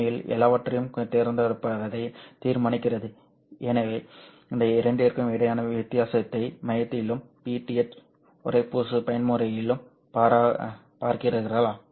உண்மையில் எல்லாவற்றையும் தேர்ந்தெடுப்பதை தீர்மானிக்கிறது எனவே இந்த இரண்டிற்கும் இடையேயான வித்தியாசத்தை மையத்திலும் Pth உறைப்பூச்சு பயன்முறையிலும் பார்க்கிறீர்களா